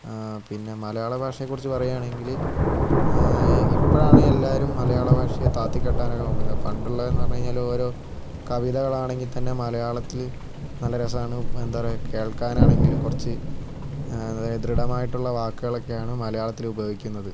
പിന്നെ മലയാള ഭാഷയെക്കുറിച്ച് പറയുകയാണെങ്കിൽ ഇപ്പോഴാണ് എല്ലാവരും മലയാള ഭാഷയെ താഴ്ത്തിക്കെട്ടാനൊക്കെ നോക്കുന്നത് പണ്ടുള്ളവര് എന്ന് പറഞ്ഞു കഴിഞ്ഞാൽ ഓരോ കവിതകള് ആണെങ്കിൽ തന്നെ മലയാളത്തിൽ നല്ല രസമാണ് എന്താ പറയുക കേള്ക്കാന് ആണെങ്കിലും കുറച്ച് ദൃഢമായിട്ടുള്ള വാക്കുകള് ഒക്കെയാണ് മലയാളത്തില് ഉപയോഗിക്കുന്നത്